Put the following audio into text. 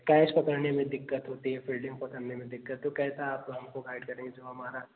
catch पकड़ने में दिक्कत होती है फील्डिंग पकड़ने में दिक्कत तो कैसा आप हमको गाइड करेंगे जो हमारा